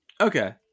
Okay